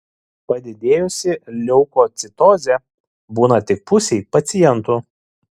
padidėjusi leukocitozė būna tik pusei pacientų